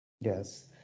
yes